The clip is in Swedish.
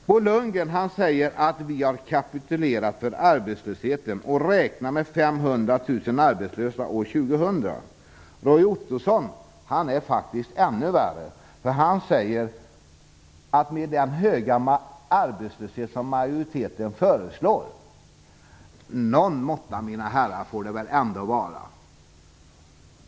Bo Lundgren säger att vi har kapitulerat inför arbetslösheten och räknar med 500 000 arbetslösa år Roy Ottosson är faktiskt ännu värre. Han talar om den höga arbetslöshet som majoriteten föreslår. Någon måtta får det väl ändå vara, mina herrar!